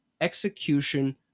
execution